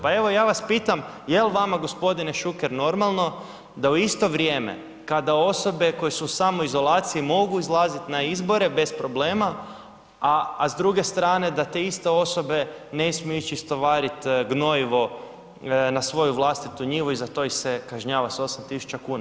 Pa evo ja vas pitam jel vama gospodine Šuker normalno da u isto vrijeme kada osobe koje su u samoizolaciji mogu izlaziti na izbore bez problema, a s druge strane da te iste osobe ne smiju istovariti gnojivo na svoju vlastitu njivu i za to ih se kažnjava s 8.000 kuna?